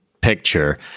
picture